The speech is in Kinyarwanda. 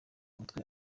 mutwe